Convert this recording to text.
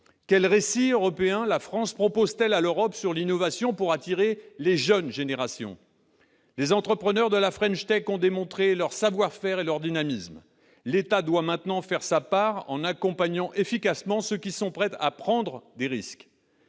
sur l'innovation la France propose-t-elle à l'Europe pour attirer les jeunes générations ? Les entrepreneurs de la French Tech ont démontré leur savoir-faire et leur dynamisme. L'État doit maintenant faire sa part en accompagnant efficacement ceux qui sont prêts à prendre des risques.